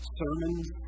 sermons